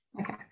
Okay